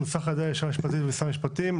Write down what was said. שנוסח על ידי הלשכה המשפטית ומשרד המשפטים,